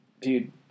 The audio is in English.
dude